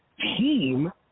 team